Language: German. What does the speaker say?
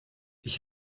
ich